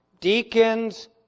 Deacons